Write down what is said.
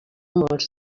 molts